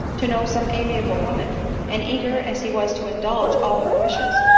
to know some amiable women and, eager as he was to indulge all her wishes,